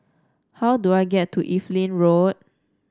how do I get to Evelyn Road